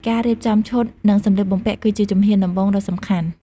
ការរៀបចំឈុត និងសម្លៀកបំពាក់ គឺជាជំហានដំបូងដ៏សំខាន់។